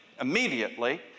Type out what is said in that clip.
immediately